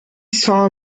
saw